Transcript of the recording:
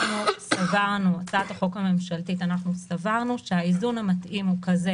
בהצעת החוק הממשלתית סברנו שהאיזון המתאים הוא כזה